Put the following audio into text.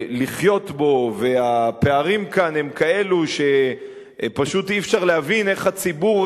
לחיות בו והפערים כאן הם כאלו שפשוט אי-אפשר להבין איך הציבור